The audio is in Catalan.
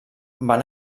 van